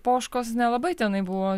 poškos nelabai tenai buvo